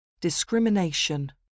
Discrimination